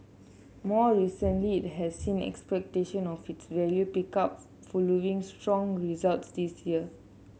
more recently it has seen expectation of its value pick up following strong results this year